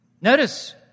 Notice